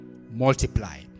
multiply